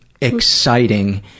exciting